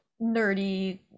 nerdy